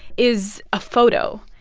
is a photo.